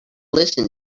listen